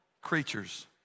creatures